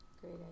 great